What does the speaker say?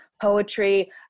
poetry